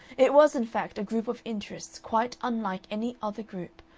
it was, in fact, a group of interests quite unlike any other group,